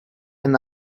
and